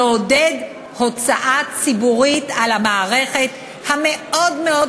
לעודד הוצאה ציבורית על המערכת המאוד-מאוד